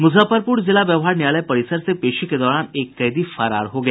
मुजफ्फरपुर जिला व्यवहार न्यायालय परिसर से पेशी के दौरान एक कैदी फरार हो गया